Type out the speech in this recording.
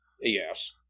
Yes